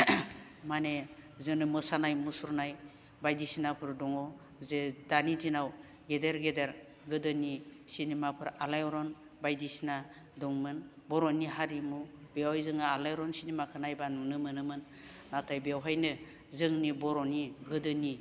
माने जोङो मोसानाय मुसुरनाय बायदिसिनाफोर दङ जे दानि दिनाव गेदेर गेदेर गोदोनि सिनेमाफोर आलायारन बायदिसिना दंमोन बर'नि हारिमु बेवहाय जोंहा आलायारन सिनेमाखौ नायबा नुनो मोनोमोन नाथाय बेवहायनो जोंनि बर'नि गोदोनि